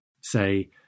say